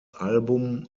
album